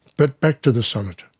but back to the sonnet.